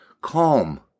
Calm